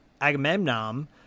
Agamemnon